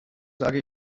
sage